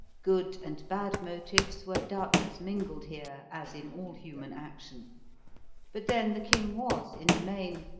good and bad motives were doubtless mingled here, as in all human action but then the king was, in the main,